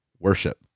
Worship